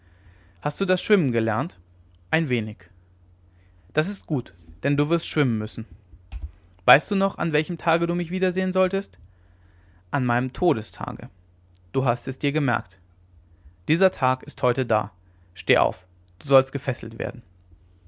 hast du das schwimmen gelernt ein wenig das ist gut denn du wirst schwimmen müssen weißt du noch an welchem tage du mich wiedersehen solltest an meinem todestage du hast es dir gemerkt dieser tag ist heute da steh auf du sollst gefesselt werden